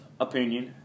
opinion